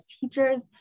teachers